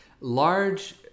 Large